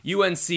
UNC